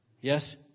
Yes